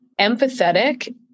empathetic